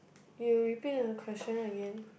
you repeat the question again